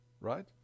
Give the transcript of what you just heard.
right